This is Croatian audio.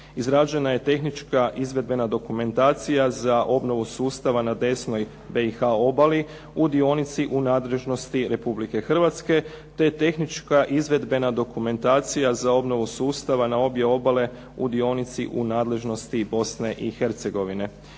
izrađena je tehnička izvedbena dokumentacija za obnovu sustava na desnoj BiH obali, u dionici u nadležnosti Republike Hrvatske, te tehnička izvedbena dokumentacija za obnovu sustava na obje obale u dionici u nadležnosti Bosne i Hercegovine.